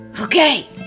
Okay